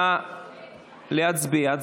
נא להצביע.